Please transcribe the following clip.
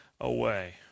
away